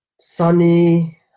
Sunny